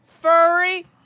Furry